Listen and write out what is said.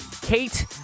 Kate